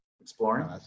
exploring